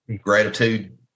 gratitude